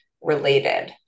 related